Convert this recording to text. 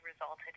resulted